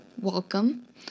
welcome